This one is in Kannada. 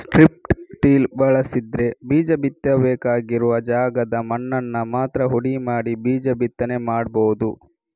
ಸ್ಟ್ರಿಪ್ ಟಿಲ್ ಬಳಸಿದ್ರೆ ಬೀಜ ಬಿತ್ತಬೇಕಾಗಿರುವ ಜಾಗದ ಮಣ್ಣನ್ನ ಮಾತ್ರ ಹುಡಿ ಮಾಡಿ ಬೀಜ ಬಿತ್ತನೆ ಮಾಡ್ಬಹುದು